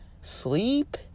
sleep